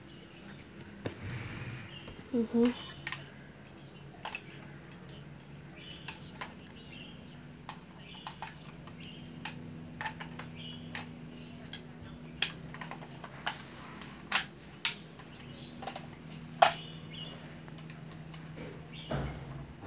mm hmm